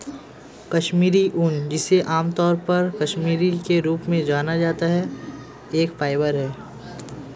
कश्मीरी ऊन, जिसे आमतौर पर कश्मीरी के रूप में जाना जाता है, एक फाइबर है